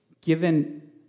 given